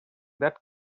that